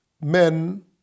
men